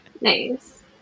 Nice